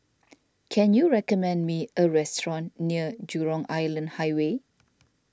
can you recommend me a restaurant near Jurong Island Highway